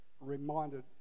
reminded